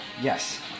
Yes